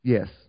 Yes